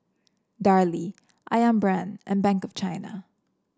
Darlie ayam Brand and Bank of China